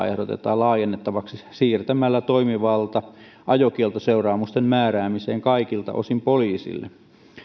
ehdotetaan laajennettavaksi siirtämällä toimivalta ajokieltoseuraamusten määräämiseen kaikilta osin poliisille